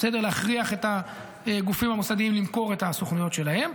להכריח את הגופים המוסדיים למכור את הסוכנויות שלהם,